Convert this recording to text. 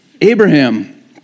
Abraham